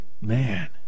man